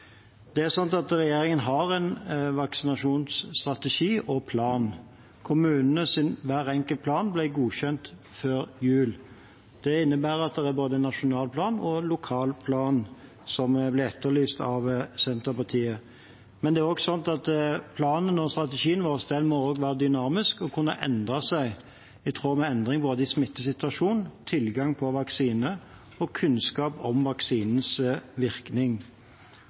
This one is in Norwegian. Regjeringen har en vaksinasjonsstrategi og -plan. Hver enkelt plan fra kommunene ble godkjent før jul. Det innebærer at det er både en nasjonal plan og en lokal plan, som ble etterlyst av Senterpartiet. Men det er også slik at planen og strategien vår må være dynamisk og kunne endre seg i tråd med endring i både smittesituasjonen, tilgang på vaksine og kunnskap om vaksinens virkning.